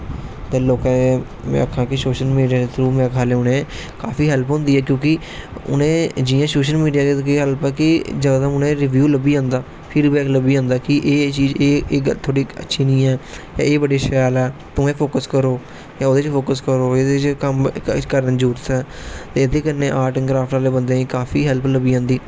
ते लोके में आखेआ कि सोशल मिडिया दे थ्रू में आखेआ कि उनें गी काफी हैल्प होंदी ऐ क्योंकि उनें जियां सोशल मिडिया दी हेल्प ऐ कि जकदम उंहे रबियू लब्भी जंदा फीडवेक लब्भी जंदा कि एह चीज थुआढ़ी अच्छी नेई ऐ जां एह् बड़ी शैल ऐ तुस एह् फोकस करो जां ओहदे च फोकस करो एहदे च कम्म करने दी जरुरत ऐ ते एहदे कन्नै आर्ट एडं कराफ्ट आहले बंदे गी काफी हेल्प लब्भी जंदी